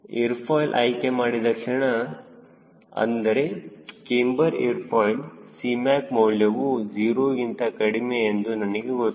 air foil ಆಯ್ಕೆ ಮಾಡಿದ ಕ್ಷಣ ಅಂದರೆ ಕ್ಯಾಮ್ಬರ್ ಏರ್ ಫಾಯ್ಲ್ Cmac ಮೌಲ್ಯವು 0ಗಿಂತ ಕಡಿಮೆ ಎಂದು ನನಗೆ ಗೊತ್ತು